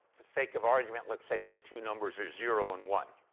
the sake of argument, let's say those two numbers are zero and one.